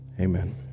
amen